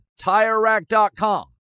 TireRack.com